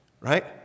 right